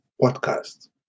podcast